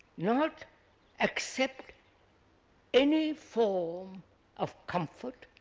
not accept any form of comfort,